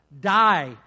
Die